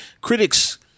critics